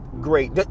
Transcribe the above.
great